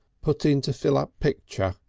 put in to fill up picture.